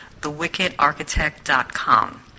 thewickedarchitect.com